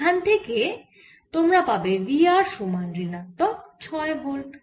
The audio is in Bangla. এখান থেকে তোমরা পাবে V r সমান ঋণাত্মক 6 ভোল্ট